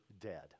dead